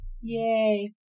Yay